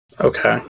Okay